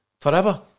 forever